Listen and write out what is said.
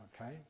okay